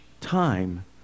time